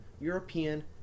European